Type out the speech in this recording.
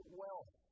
wealth